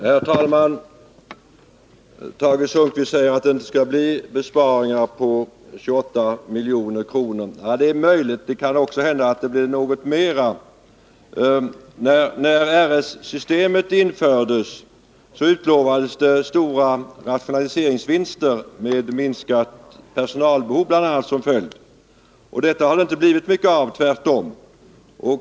Herr talman! Tage Sundkvist säger att det inte skall bli besparingar på 28 milj.kr. Det är möjligt. Det kan också hända att det blir något mera. När RS-systemet infördes utlovades stora rationaliseringsvinster med bl.a. minskat personalbehov som följd. Det har inte blivit mycket av detta — tvärtom.